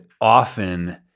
often